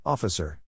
Officer